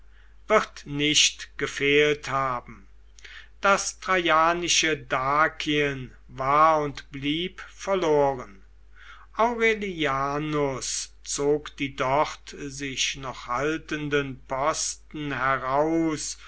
wird nicht gefehlt haben das traianische dakien war und blieb verloren aurelianus zog die dort sich noch haltenden posten heraus